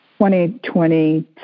2020